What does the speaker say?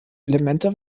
elemente